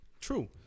True